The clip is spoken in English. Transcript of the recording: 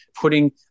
putting